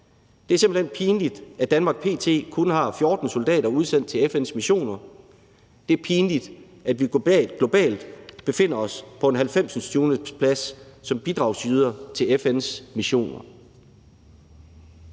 Det er simpelt hen pinligt, at Danmark p.t. kun har 14 soldater udsendt til FN's missioner. Det er pinligt, at vi globalt befinder os på en 90. plads som bidragsyder til FN's missioner.